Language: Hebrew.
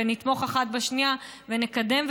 ונתמוך אחת בשנייה ונקדם,